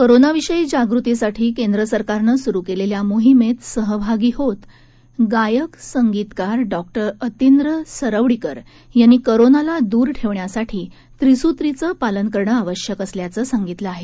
कोरोनाविषयी जागृतीसाठी केंद्र सरकारनं सुरु केलेल्या मोहीमेत सहभागी होत गायक संगीतकार डॉक्टर अतिंद्र सरवडीकर यांनी कोरोनाला दूर ठेवण्यासाठी त्रिसूत्रीचं पालन करणं आवश्यक असल्याचं सांगितलं आहे